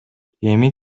эми